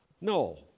No